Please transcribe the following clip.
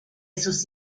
sus